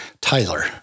Tyler